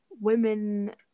women